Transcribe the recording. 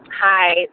Hi